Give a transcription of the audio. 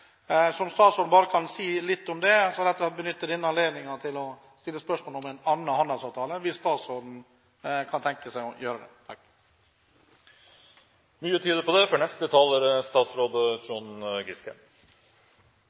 statsråden bare kan si litt om det, så benytter jeg denne anledningen til å stille spørsmål om en annen handelsavtale – hvis statsråden kan tenke seg å gjøre det. La meg først si at jeg setter pris på